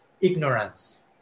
ignorance